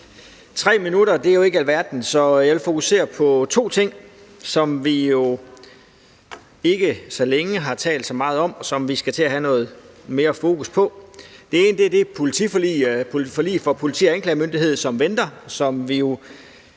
3 minutter er jo ikke alverden, så jeg vil fokusere på to ting, som vi længe ikke har talt så meget om, men som vi skal til at have noget mere fokus på. Det ene er det forlig for politi og anklagemyndighed, som venter,